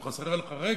אם חסרה לך רגל,